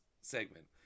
segment